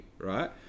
right